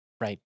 Right